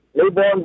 Newborn